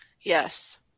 Yes